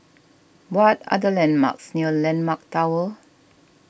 what are the landmarks near Landmark Tower